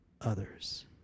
others